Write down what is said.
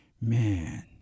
Man